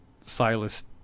Silas